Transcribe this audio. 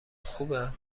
خوبه